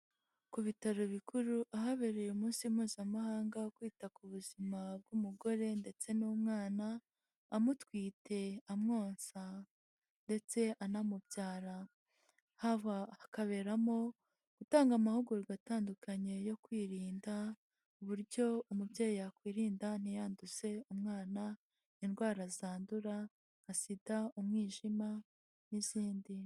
Ku bitaro bikuru ahabereye umunsi Mpuzamahanga wo kwita ku buzima bw'umugore, ndetse n'umwana, amutwite, amwonsa, ndetse anamubyara, hakaberamo gutanga amahugurwa atandukanye yo kwirinda, uburyo umubyeyi yakwirinda ntiyanduze umwana indwara zandura nka SIDA, umwijima n'izindi.